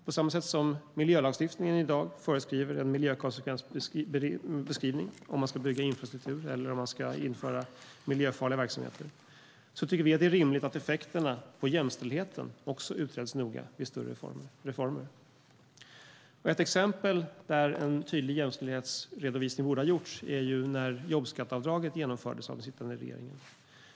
På samma sätt som miljölagstiftningen i dag föreskriver en miljökonsekvensbeskrivning om man ska bygga infrastruktur eller om man ska införa miljöfarliga verksamheter tycker vi att det är rimligt att effekterna på jämställdheten utreds noga vid större reformer. Ett exempel där en tydlig jämställdhetsredovisning borde ha gjorts är när jobbskatteavdraget genomfördes av den sittande regeringen.